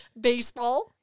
baseball